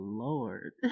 lord